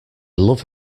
love